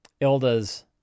ilda's